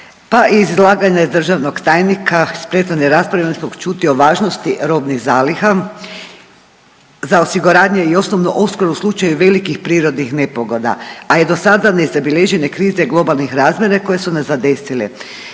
Pa iz izlaganja državnog tajnika iz prethodne rasprave mogli smo čuti o važnosti robnih zaliha za osiguranje i osnovnu opskrbu u slučaju velikih prirodnih nepogoda, a i do sada nezabilježene krize globalnih razmjera koje su nas zadesile.